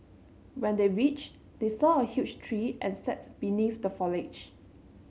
when they reached they saw a huge tree and sat beneath the foliage